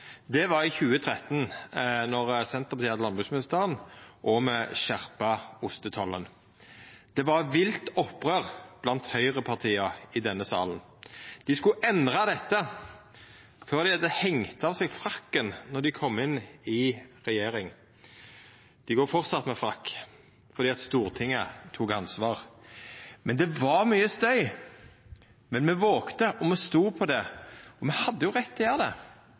Det var i 2013, då Senterpartiet hadde landbruksministeren og me skjerpa ostetollen. Det var vilt opprør blant høgrepartia i denne salen. Dei skulle endra dette før dei hadde hengt av seg frakken, når dei kom i regjering. Dei går framleis med frakk – fordi Stortinget tok ansvar. Det var mykje støy, men me vågde, og me stod på det. Me hadde jo rett til å gjera det,